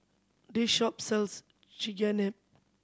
this shop sells Chigenabe